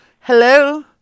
Hello